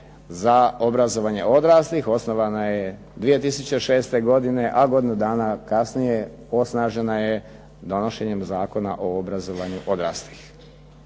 za obrazovanje odraslih. Osnovana je 2006. godine, a godinu dana kasnije osnažena je donošenjem Zakon o obrazovanju odraslih.